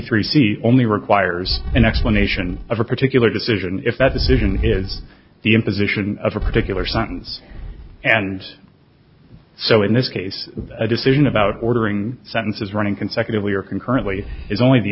three c only requires an explanation of a particular decision if that decision has the imposition of a particular sentence and so in this case a decision about ordering sentences running consecutively or concurrently is only the